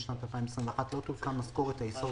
בשנת 2021 לא תעודכן משכורת היסוד